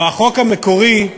בחוק המקורי,